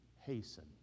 hasten